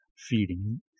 feeding